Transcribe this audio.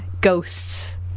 ghosts